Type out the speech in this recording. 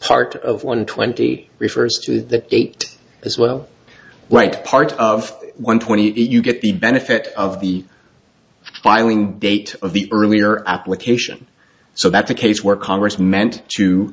part of one twenty refers to the date as well right part of one twenty eight you get the benefit of the filing date of the earlier application so that's a case where congress meant to